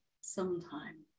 sometime